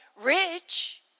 rich